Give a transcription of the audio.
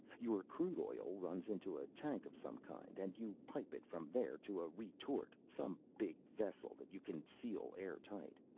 your crude oil runs into a tank of some kind, and you pipe it from there to a retort, some big vessel that you can seal airtight.